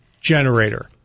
generator